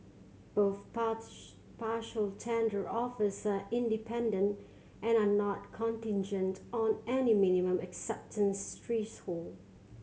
both partial tender offers are independent and are not contingent on any minimum acceptance threshold